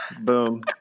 boom